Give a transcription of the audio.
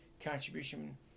contribution